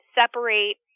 separate